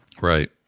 right